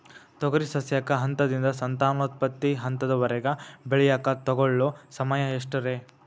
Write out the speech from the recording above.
ತೊಗರಿ ಸಸ್ಯಕ ಹಂತದಿಂದ, ಸಂತಾನೋತ್ಪತ್ತಿ ಹಂತದವರೆಗ ಬೆಳೆಯಾಕ ತಗೊಳ್ಳೋ ಸಮಯ ಎಷ್ಟರೇ?